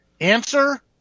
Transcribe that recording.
answer